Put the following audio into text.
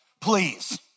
please